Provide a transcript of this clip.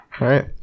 Right